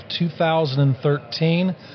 2013